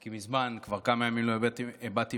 כי מזמן, כבר כמה ימים לא הבעתי מחאה,